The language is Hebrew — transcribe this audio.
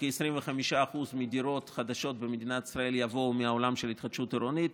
שכ-25% מהדירות החדשות במדינת ישראל יבואו מהעולם של התחדשות עירונית.